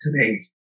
today